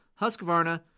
Husqvarna